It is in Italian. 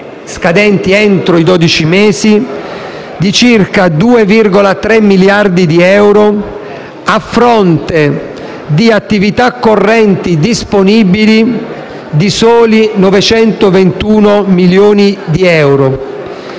scadenti entro i dodici mesi, di circa 2,3 miliardi di euro, a fronte di attività correnti disponibili di soli 921 milioni di euro,